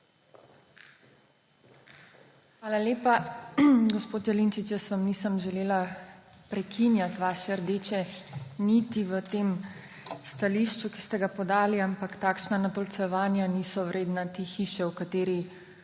Hvala lepa. Gospod Jelinčič, nisem vam želela prekinjati vaše rdeče niti v tem stališču, ki ste ga podali, ampak takšna natolcevanja niso vredna te hiše, v kateri